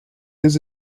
does